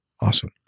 Awesome